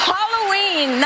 Halloween